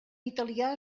italià